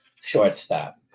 shortstop